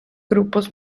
grupos